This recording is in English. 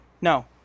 No